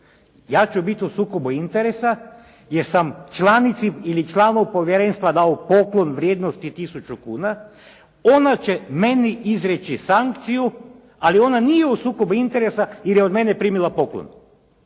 Ja ću biti u sukobu interesa jer sam članici ili članu povjerenstva dao poklon vrijednosti tisuću kuna, ona će meni izreći sankciju, ali ona nije u sukobu interesa jer je od mene primila poklon.